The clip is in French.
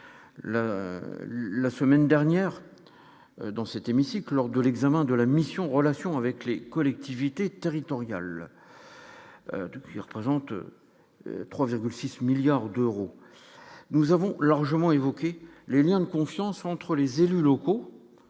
la semaine dernière dans cette hémicycle lors de l'examen de la mission, relations avec les collectivités territoriales depuis représente 3,6 milliards d'euros, nous avons largement évoqué les Liens de confiance entre les élus locaux,